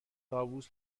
طاووس